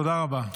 תודה רבה.